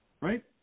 right